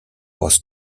was